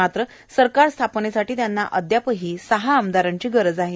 मात्र सरकार स्थापनेसाठी त्यांना अद्यापही सहा आमदारांची गरज आहे